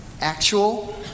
actual